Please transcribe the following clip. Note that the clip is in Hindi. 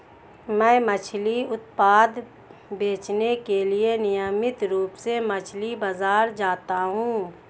मैं मछली उत्पाद बेचने के लिए नियमित रूप से मछली बाजार जाता हूं